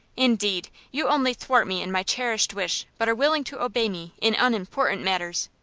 indeed! you only thwart me in my cherished wish, but are willing to obey me in unimportant matters.